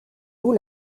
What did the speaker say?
haut